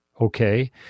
okay